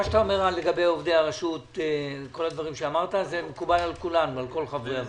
מה שאתה אומר לגבי עובדי הרשות מקובל על כל חברי הוועדה.